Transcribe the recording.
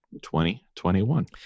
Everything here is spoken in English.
2021